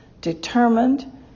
determined